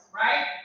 right